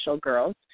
girls